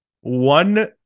one